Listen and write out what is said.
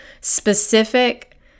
specific